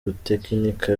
gutekinika